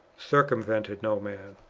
circumvented no man.